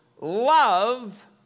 love